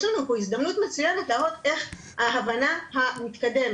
יש לנו פה הזדמנות מצוינת להראות איך ההבנה המתקדמת